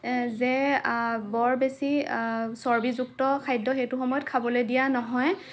যে বৰ বেছি চৰ্বীযুক্ত খাদ্য সেইটো সময়ত খাবলৈ দিয়া নহয়